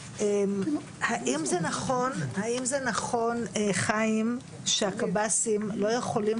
האם זה נכון חיים שהקב"סים לא יכולים